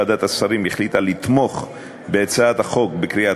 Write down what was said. ועדת השרים החליטה לתמוך בהצעת החוק בקריאה